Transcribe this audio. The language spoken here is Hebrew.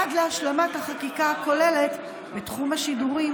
עד להשלמת החקיקה הכוללת בתחום השידורים